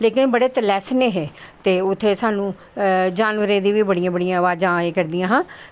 लेकिन बड़े तलैसनें हे ते उत्थें साह्नू जानवरें दियां बी बड़ियां बड़ियां अवाज़ां आए करदियां हां